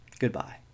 Goodbye